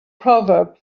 proverb